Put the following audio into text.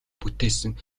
бүтээсэн